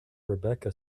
rebecca